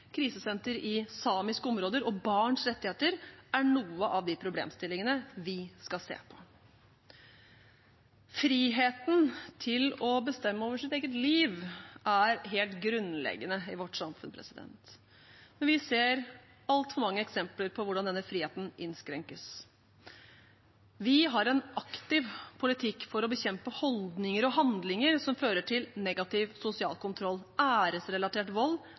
krisesenter i samiske områder og barns rettigheter, er noe av de problemstillingene vi skal se på. Friheten til å bestemme over sitt eget liv er helt grunnleggende i vårt samfunn. Vi ser altfor mange eksempler på hvordan denne friheten innskrenkes. Vi har en aktiv politikk for å bekjempe holdninger og handlinger som fører til negativ sosial kontroll, æresrelatert vold,